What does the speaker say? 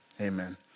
Amen